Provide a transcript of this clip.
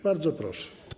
Bardzo proszę.